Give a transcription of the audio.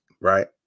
right